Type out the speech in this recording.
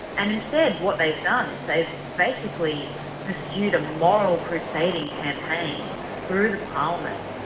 and instead what they've done is they've basically pursued a moral crusading campaign through the parliament,